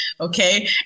okay